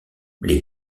les